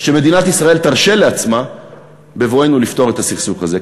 שמדינת ישראל תרשה לעצמה בבואנו לפתור את הסכסוך הזה.